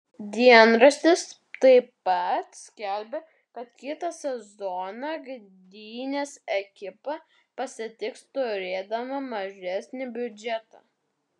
dienraštis taip pat skelbia kad kitą sezoną gdynės ekipa pasitiks turėdama mažesnį biudžetą